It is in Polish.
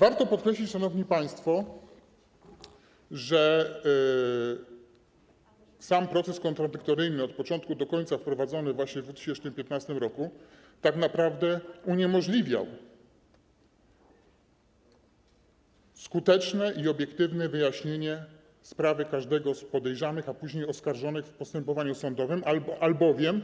Warto podkreślić, szanowni państwo, że sam proces kontradyktoryjny od początku do końca wprowadzony właśnie w 2015 r. tak naprawdę uniemożliwiał skuteczne i obiektywne wyjaśnienie sprawy każdego z podejrzanych, a później oskarżonych w postępowaniu sądowym, albowiem